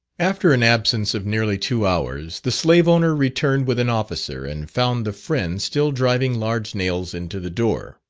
after an absence of nearly two hours, the slave owner returned with an officer and found the friend still driving large nails into the door.